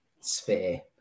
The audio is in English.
sphere